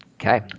okay